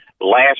Last